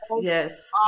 yes